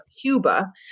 Cuba